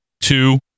two